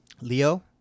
Leo